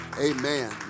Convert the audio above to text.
Amen